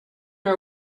are